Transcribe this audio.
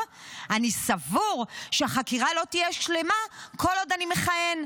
ואמר: אני סבור שהחקירה לא תהיה שלמה כל עוד אני מכהן.